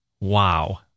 Wow